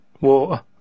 water